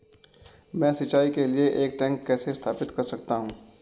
मैं सिंचाई के लिए एक टैंक कैसे स्थापित कर सकता हूँ?